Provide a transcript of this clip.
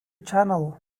channel